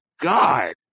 God